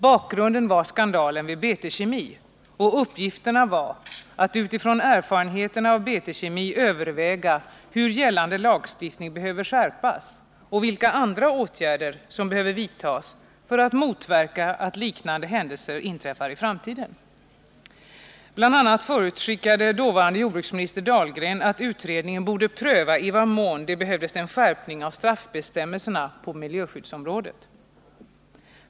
Bakgrunden var skandalen vid BT-Kemi, och uppgifterna var att utifrån erfarenheterna av BT-Kemi överväga hur gällande lagstiftning behöver skärpas och vilka andra åtgärder som behöver vidtas för att motverka att liknande händelser inträffar i framtiden. Bl. a. förutskickade dåvarande jordbruksministern Dahlgren att utredningen borde pröva i vad mån det behövdes en skärpning av straffbestämmelserna på miljöskyddsområdet.